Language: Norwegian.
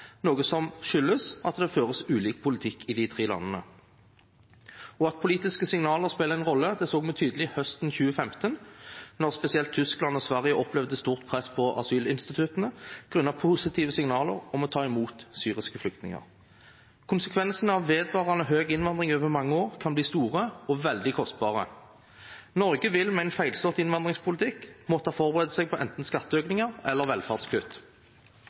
noe som skyldes at det føres ulik politikk i de tre landene. At politiske signaler spiller en rolle, så vi tydelig høsten 2015, da spesielt Tyskland og Sverige opplevde et stort press på asylinstituttet på grunn av positive signaler om å ta imot syriske flyktninger. Konsekvensene av vedvarende høy innvandring over mange år kan bli store og veldig kostbare. Norge vil med en feilslått innvandringspolitikk måtte forberede seg på enten skatteøkninger eller velferdskutt.